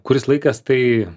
kuris laikas tai